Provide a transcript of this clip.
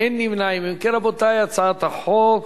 את הצעת חוק